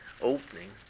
opening